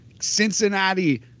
Cincinnati